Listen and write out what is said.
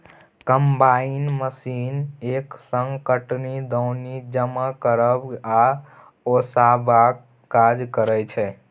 combine machine एक संग कटनी, दौनी, जमा करब आ ओसेबाक काज करय छै